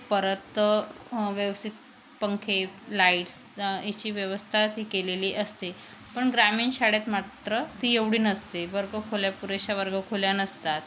परत व्यवस्थित पंखे लाईट्स याची व्यवस्था ती केलेली असते पण ग्रामीण शाळेत मात्र ती एवढी नसते वर्ग खोल्या पुरेशा वर्गखोल्या नसतात